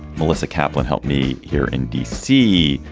melissa kaplan helped me here in d c.